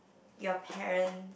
your parents